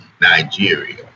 Nigeria